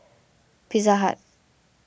Pizza Hut